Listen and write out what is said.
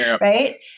right